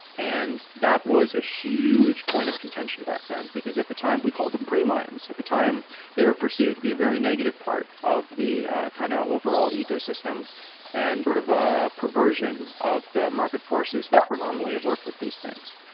and that was huge point of contention back then, because at the time we called them pre-minds. at the time they are perceived to be a very negative part of the kind of overall ecosystem and part sort of ah perversion of the market forces that were normally at work with these things,